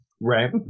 Right